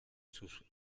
sus